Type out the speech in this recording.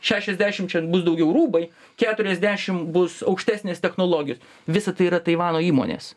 šešiasdešimčia bus daugiau rūbai keturiasdešim bus aukštesnės technologijos visa tai yra taivano įmonės